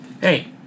hey